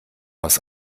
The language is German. aus